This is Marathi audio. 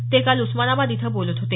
ते काल उस्मानाबाद इथं बोलत होते